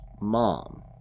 mom